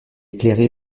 éclairée